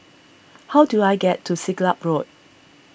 how do I get to Siglap Road